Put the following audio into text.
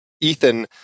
ethan